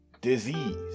disease